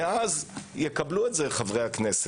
ואז יקבלו את זה חברי הכנסת,